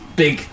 big